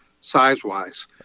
size-wise